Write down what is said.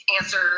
answer